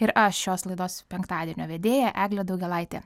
ir aš šios laidos penktadienio vedėja eglė daugėlaitė